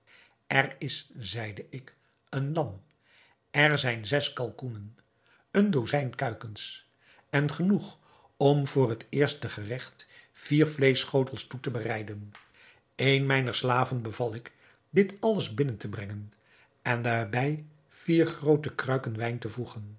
er is zeide ik een lam er zijn zes kalkoenen een dozijn kuikens en genoeg om voor het eerste geregt vier vleeschschotels toe te bereiden een mijner slaven beval ik dit alles binnen te brengen en daarbij vier groote kruiken wijn te voegen